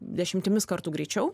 dešimtimis kartų greičiau